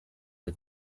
der